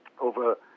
over